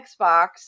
xbox